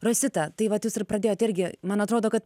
rosita tai vat jūs ir pradėjote irgi man atrodo kad